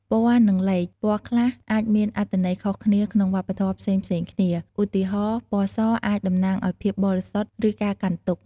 ពណ៌ និងលេខ ពណ៌ខ្លះអាចមានអត្ថន័យខុសគ្នាក្នុងវប្បធម៌ផ្សេងៗគ្នា ឧទាហរណ៍ ពណ៌សអាចតំណាងឱ្យភាពបរិសុទ្ធ ឬការកាន់ទុក្ខ។